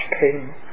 pain